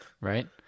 Right